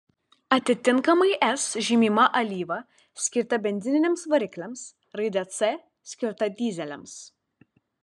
atitinkamai s žymima alyva skirta benzininiams varikliams raide c skirta dyzeliams